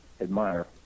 admire